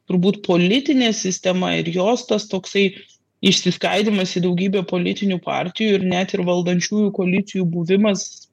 turbūt politinė sistema ir jos tas toksai išsiskaidymas į daugybę politinių partijų ir net ir valdančiųjų koalicijų buvimas